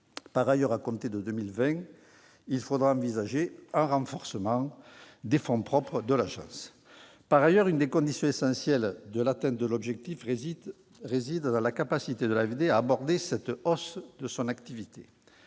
Par ailleurs, à compter de 2020, il faudra envisager un renforcement des fonds propres de l'agence. Par ailleurs, une des conditions essentielles de l'atteinte de l'objectif réside dans la capacité de l'AFD à absorber cette hausse de son activité.